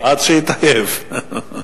עד שיתעייף.